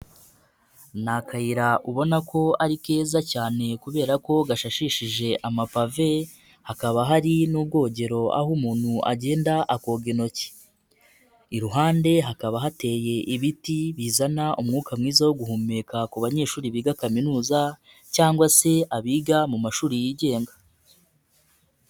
Ni akayira ubona ko ari keza cyane kubera ko gashashishije amapave, hakaba hari n'ubwogero aho umuntu agenda akoga intoki, iruhande hakaba hateye ibiti bizana umwuka mwiza wo guhumeka ku banyeshuri biga kaminuza cyangwa se abiga mu mashuri yigenga.